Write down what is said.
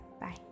bye